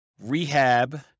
rehab